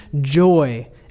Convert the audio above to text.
joy